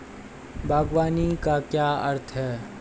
बागवानी का क्या अर्थ है?